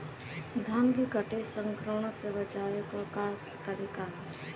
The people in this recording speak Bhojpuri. धान के कीट संक्रमण से बचावे क का तरीका ह?